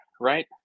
right